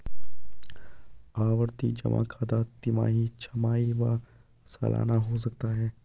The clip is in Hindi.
आवर्ती जमा खाता तिमाही, छमाही व सलाना हो सकता है